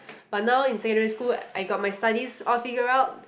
but now in secondary school I got my studies all figure out